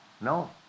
No